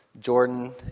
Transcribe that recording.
Jordan